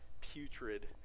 putrid